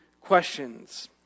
questions